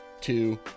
two